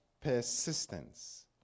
Persistence